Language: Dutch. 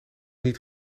niet